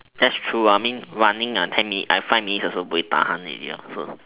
that's true mummy I mean running ten minutes I five minutes also buay-tahan already lah